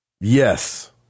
Yes